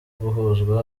guhuzwa